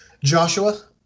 Joshua